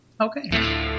okay